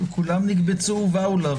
רמה 2